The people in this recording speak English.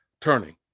turning